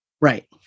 right